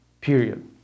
period